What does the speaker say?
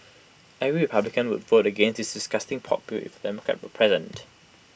every republican would vote against this disgusting pork bill if A Democrat were president